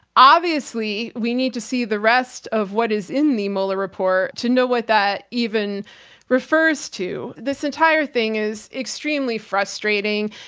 obviously, we need to see the rest of what is in the mueller report to know what that even refers to. this entire thing is extremely frustrating.